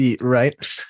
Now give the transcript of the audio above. right